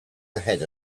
ahead